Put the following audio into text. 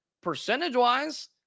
percentage-wise